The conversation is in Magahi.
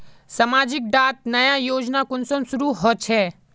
समाज डात नया योजना कुंसम शुरू होछै?